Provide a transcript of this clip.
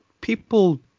people